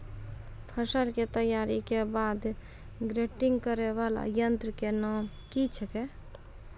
फसल के तैयारी के बाद ग्रेडिंग करै वाला यंत्र के नाम की छेकै?